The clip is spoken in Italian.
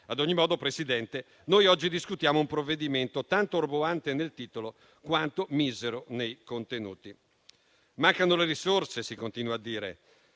Ad ogni modo, Presidente, noi oggi discutiamo un provvedimento tanto roboante nel titolo, quanto misero nei contenuti. Mancano le risorse, si continua a dire.